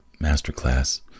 masterclass